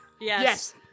Yes